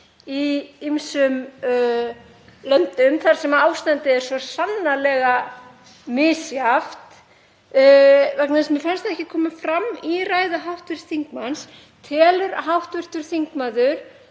í ýmsum löndum þar sem ástandið er svo sannarlega misjafnt, vegna þess að mér fannst það ekki koma fram í ræðu hv. þingmanns: Telur hv. þingmaður